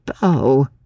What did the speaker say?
bow